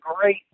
great